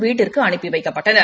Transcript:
வீட்டிற்கு அனுப்பி வைக்கப்பட்டனர்